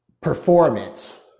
performance